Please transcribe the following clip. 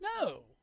No